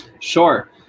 Sure